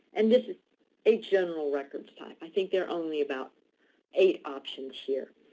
and this is a general records type. i think there are only about eight options here.